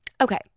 Okay